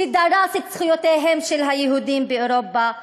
שדרס את זכויותיהם של היהודים באירופה,